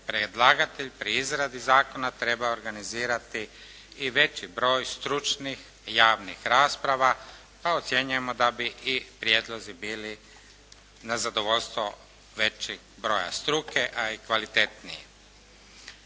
predlagatelj pri izradi zakona trebao organizirati i veći broj stručnih, javnih rasprava, pa ocjenjujemo da bi i prijedlozi bili na zadovoljstvo većeg broja struke, a i kvalitetniji.